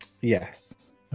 Yes